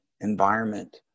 environment